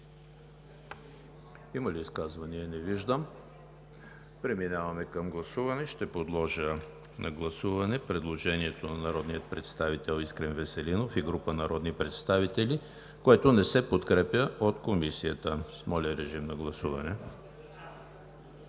Има ли изказвания? Не виждам. Преминаваме към гласуване. Подлагам на гласуване предложението на народния представител Искрен Веселинов и група народни представители, което не се подкрепя от Комисията. Гласували